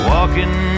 Walking